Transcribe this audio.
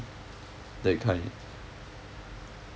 that kind